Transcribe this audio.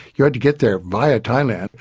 you had to get there via thailand,